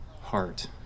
heart